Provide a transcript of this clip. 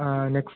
ആ നെക്സ്